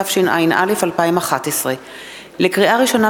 התשע”א 2011. לקריאה ראשונה,